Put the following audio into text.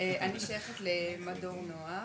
אני שייכת למדור נוער